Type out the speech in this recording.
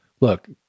look